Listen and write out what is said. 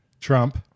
Trump